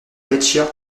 vecchia